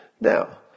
Now